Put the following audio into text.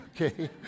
Okay